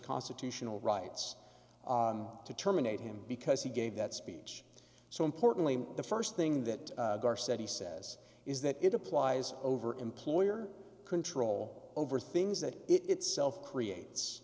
constitutional rights to terminate him because he gave that speech so importantly the first thing that gaar said he says is that it applies over employer control over things that itself creates